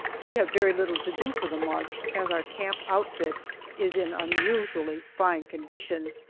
we have very little to do for the march as our camp outfit is in unusually fine condition.